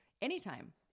anytime